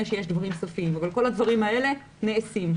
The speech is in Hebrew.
שיש דברים סופיים אבל כל הדברים האלה נעשים.